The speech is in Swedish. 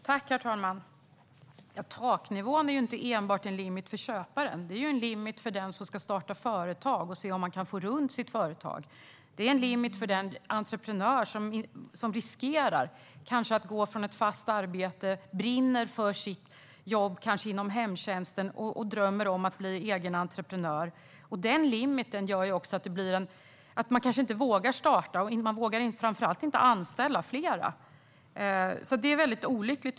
Herr talman! Taknivån är inte enbart en limit för köparen. Det är en limit för den som ska starta företag och se om det kan gå runt. Det är en limit för den entreprenör som kanske riskerar att gå ifrån ett fast arbete, som brinner för sitt jobb inom hemtjänsten och som drömmer om att bli egen entreprenör. Denna limit gör att man kanske inte vågar starta och framför allt inte anställa fler. Jag tycker att det är väldigt olyckligt.